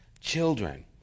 Children